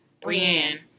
Brienne